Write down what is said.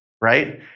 right